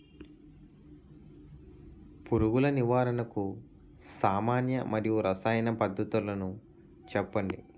పురుగుల నివారణకు సామాన్య మరియు రసాయన పద్దతులను చెప్పండి?